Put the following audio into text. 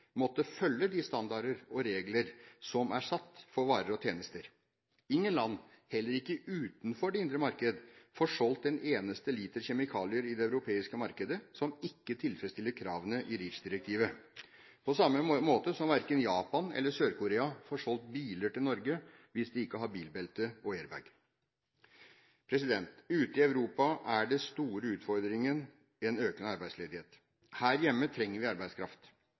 måtte følge de standarder og regler som er satt for varer og tjenester. Ingen land, heller ikke utenfor det indre marked, får solgt én eneste liter med kjemikalier i det europeiske marked som ikke tilfredsstiller kravene i REACH-direktivet. På samme måte som verken Japan eller Sør-Korea får solgt biler i Norge hvis de ikke har bilbelte og airbag. Ute i Europa er den store utfordringen en økende arbeidsledighet. Her hjemme trenger vi arbeidskraft.